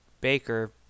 Baker